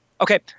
Okay